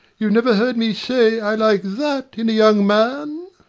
you've never heard me say i like that in a young man